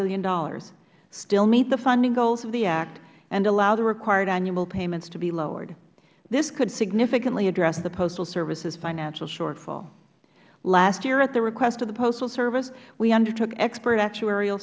billion still meet the funding goals of the act and allow the required annual payments to be lowered this could significantly address the postal service's financial shortfall last year at the request of the postal service we undertook expert actuarial